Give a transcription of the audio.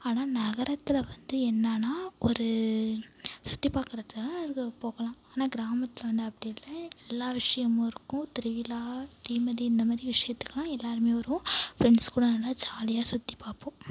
ஆனால் நகரத்தில் வந்து என்னனா ஒரு சுற்றிப் பாக்கிறதுக்காக போகலாம் ஆனால் கிராமத்தில் வந்து அப்படி இல்லை எல்லா விஷயமும் இருக்கும் திருவிழா தீமிதி இந்தமாதிரி விசயத்துக்கெல்லாம் எல்லோருமே வருவோம் ஃப்ரெண்ட்ஸ்க்கூட நல்லா ஜாலியாக சுற்றிப் பாப்போம்